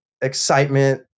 excitement